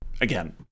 again